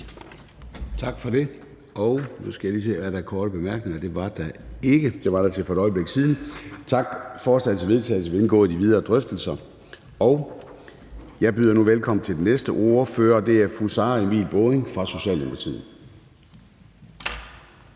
Tak for det. Nu skal jeg lige se, om der var korte bemærkninger. Det var der ikke – det var der for et øjeblik siden. Forslaget til vedtagelse vil indgå i de videre drøftelser. Jeg byder nu velkommen til den næste ordfører, og det er fru Sara Emil Baaring fra Socialdemokratiet.